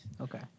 Okay